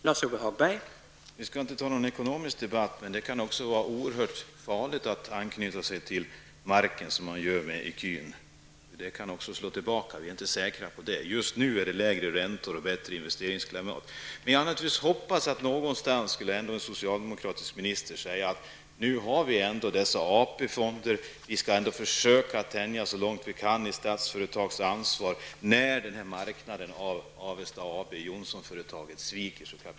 Herr talman! Vi skall inte ha någon ekonomisk debatt, men det kan också vara oerhört farligt att knyta sig till marken, som man gör med ecun. Det kan även slå tillbaka. Vi är inte säkra på det. Just nu är det lägre räntor och bättre investeringsklimat. Jag hade naturligtvis någonstans hoppats att en socialdemokratisk minister ändå skulle säga att nu har vi dessa AP-fonder och vi skall försöka att tänja så långt vi kan i Statsföretags ansvar när Jonssonföretaget Avseta AB sviker den här marknaden så kapitalt.